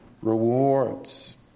rewards